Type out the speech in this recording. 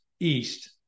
east